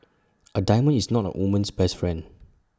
A diamond is not A woman's best friend